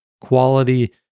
quality